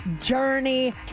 Journey